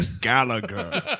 Gallagher